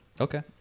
Okay